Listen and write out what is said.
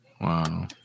Wow